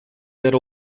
era